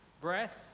breath